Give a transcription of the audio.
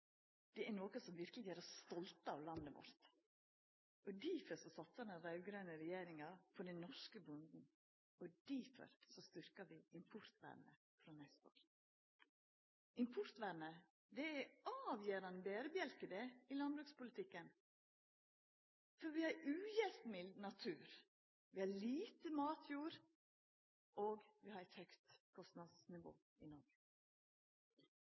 Det er noko som verkeleg gjer oss stolte av landet vårt. Difor satsar den raud-grøne regjeringa på den norske bonden. Difor styrkjer vi importvernet frå neste år. Importvernet er ein avgjerande berebjelke i landbrukspolitikken. For vi har ugjestmild natur, vi har lite matjord, og vi har eit høgt kostnadsnivå i